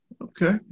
Okay